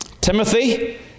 Timothy